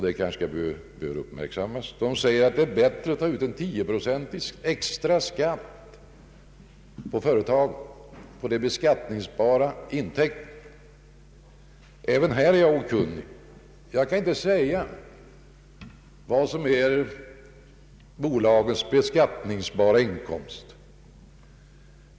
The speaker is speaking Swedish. De anser det bättre att ta ut en tioprocentig extraskatt på företagens beskattningsbara intäkter. Men vad är bolagens beskattningsbara inkomst?